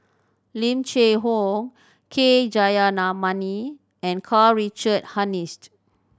Lim Cheng Hoe K and Karl Richard Hanitsch